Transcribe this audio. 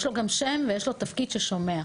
יש לו גם שם ויש לו תפקיד ששומע.